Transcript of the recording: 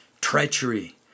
Treachery